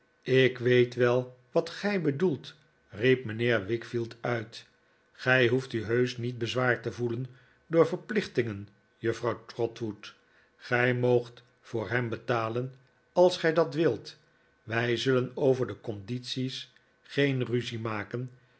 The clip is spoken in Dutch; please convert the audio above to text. ik weet wel wat gij bedoelt riep mijnheer wickfield uit gij hoeft u heusch niet bezwaard te voelen door verplichtingen juffrouw trotwood gij moogt voor hem beta'len als gij dat wilt wij zullen over de condities geen ruzie maken